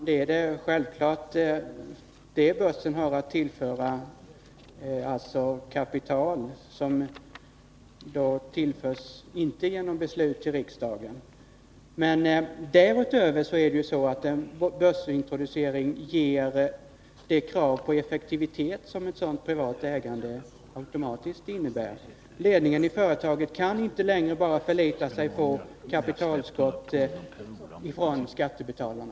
Herr talman! I första hand har börsen självfallet att tillföra kapital, vilket alltså inte tillförs genom beslut i riksdagen. En introduktion på börsen medför dessutom krav på effektivitet — vilket automatiskt blir fallet med privat ägande. Ledningen i ett företag kan inte bara förlita sig på kapitaltillskott från skattebetalarna.